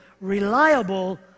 reliable